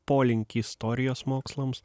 polinkį istorijos mokslams